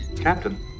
Captain